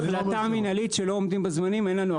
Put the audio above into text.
להחלטה מינהלית שלא עומדים בזמנים אין לנו,